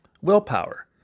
willpower